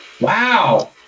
Wow